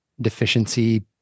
deficiency